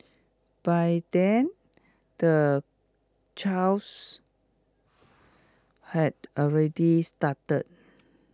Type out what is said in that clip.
by then the chaos had already started